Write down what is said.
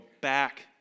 back